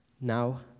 Now